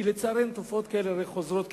כי לצערנו תופעות כאלה חוזרות,